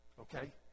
Okay